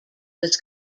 was